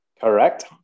Correct